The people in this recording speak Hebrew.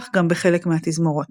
כך גם חלק מן התזמורות.